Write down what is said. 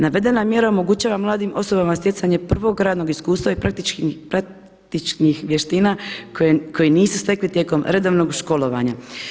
Navedena mjera omogućava mladim osobama stjecanje prvog radnog iskustva i praktičnih vještina koje nisu stekli tijekom redovnog školovanja.